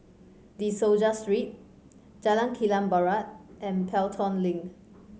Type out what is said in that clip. De Souza Street Jalan Kilang Barat and Pelton Link